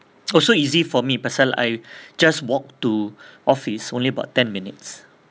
oh so easy for me pasal I just walk to office only about ten minutes